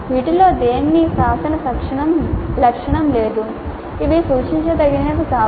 వీటిలో దేనికీ శాసన లక్షణం లేదు అవి సూచించదగినవి కావు